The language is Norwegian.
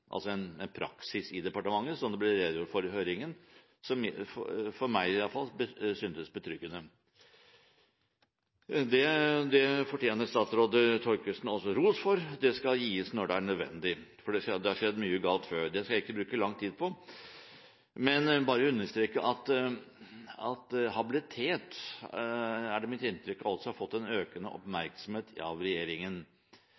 praksis i departementet som det ble redegjort for i høringen, syntes – for meg, iallfall – betryggende. Det fortjener statsråd Thorkildsen ros for – og ros skal gis når det er nødvendig. Det har skjedd mye galt før, men det skal jeg ikke bruke lang tid på. Jeg vil bare understreke at man får inntrykk av at habilitet har fått økende oppmerksomhet av regjeringen. Enkelte fagfolk har